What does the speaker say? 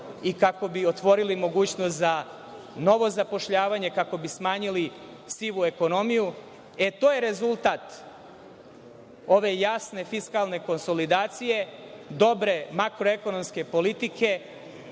i kako bi otvorili mogućnost za novo zapošljavanje, kako bi smanjili sivu ekonomiju. E, to je rezultat ove jasne fiskalne konsolidacije, dobre makroekonomske politike,